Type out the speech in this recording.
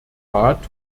rat